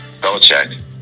Belichick